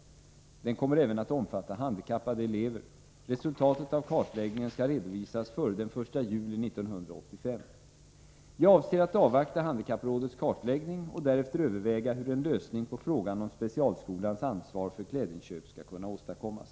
Kartläggningen kommer även att omfatta handikappade elever. Resultatet av kartläggningen skall redovisas före den 1 juli 1985. Jag avser att avvakta handikapprådets kartläggning och därefter överväga hur en lösning på frågan om specialskolans ansvar för klädinköp skall kunna åstadkommas.